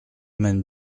men